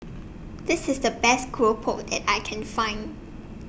This IS The Best Keropok that I Can Find